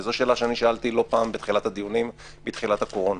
וזו שאלה ששאלתי לא פעם בתחילת הדיונים מתחילת הקורונה.